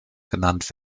genannt